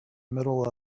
middle